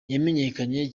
yamenyekanye